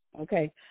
okay